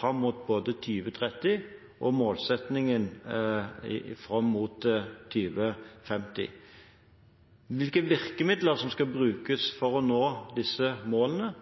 fram mot 2030, og i målsettingen fram mot 2050. Hvilke virkemidler som skal brukes for å nå disse målene,